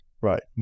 Right